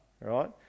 right